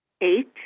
eight